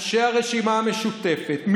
אנשי הרשימה המשותפת,